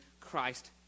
Christ